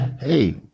hey